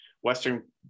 western